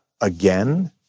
again